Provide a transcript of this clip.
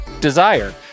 Desire